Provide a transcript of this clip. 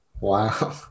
Wow